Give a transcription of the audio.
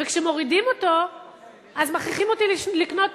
וכשמורידים אותו אז מכריחים אותי לקנות